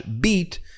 beat